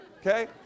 Okay